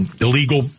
illegal